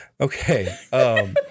Okay